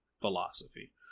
philosophy